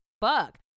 fuck